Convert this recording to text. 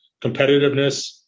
competitiveness